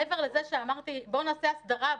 מעבר לזה שאמרתי בואו נעשה הסדרה,